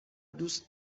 دوست